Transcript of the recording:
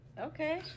Okay